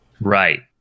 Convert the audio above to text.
Right